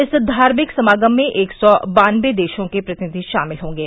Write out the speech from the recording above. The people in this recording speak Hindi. इस धार्मिक समागम में एक सौ बान्नवे देशों के प्रतिनिधि शामिल होंगे